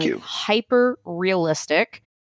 hyper-realistic